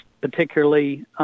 particularly –